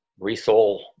resole